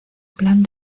plan